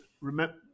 remember